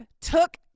took